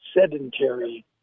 sedentary